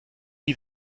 wie